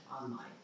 online